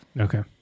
okay